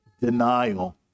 denial